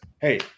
hey